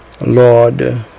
Lord